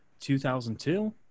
2002